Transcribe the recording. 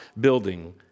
building